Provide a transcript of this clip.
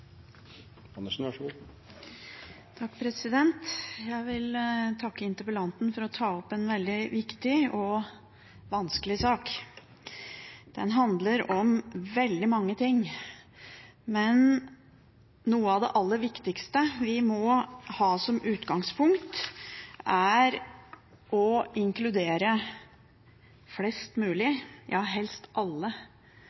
Jeg vil takke interpellanten for å ta opp en veldig viktig og vanskelig sak. Den handler om veldig mange ting, men noe av det aller viktigste vi må ha som utgangspunkt, er å inkludere flest mulig – helst alle